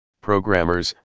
programmers